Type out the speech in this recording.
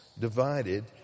divided